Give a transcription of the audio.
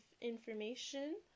information